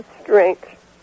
strength